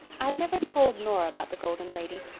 i've never told nora about the golden lady.